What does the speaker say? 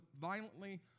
violently